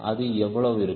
அது எவ்வளவு இருக்கும்